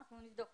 אנחנו נבדוק.